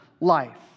life